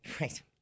Right